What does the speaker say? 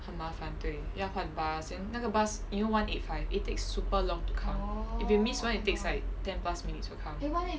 很麻烦对要换 bus then 那个 bus you know one eight five it takes super long to come if you miss one it takes like ten plus minutes to come